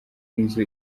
inzu